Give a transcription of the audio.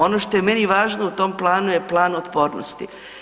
Ono što je meni važno u tom planu je plan otpornosti.